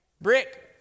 Brick